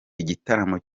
igitaramo